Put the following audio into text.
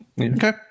Okay